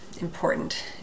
important